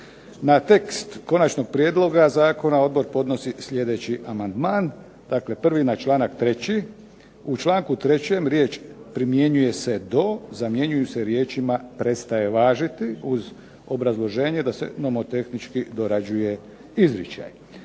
Na tekst konačnog prijedloga zakona odbor podnosi sljedeći amandman. Dakle, prvi na članak treći. U članku trećem riječ: "primjenjuje se do" zamjenjuju se riječima prestaje važiti uz obrazloženje da se nomotehnički dorađuje izričajem.